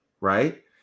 Right